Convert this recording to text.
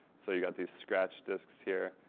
so you've got these scratch discs here,